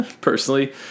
personally